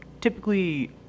typically